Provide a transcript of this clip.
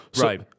Right